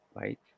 right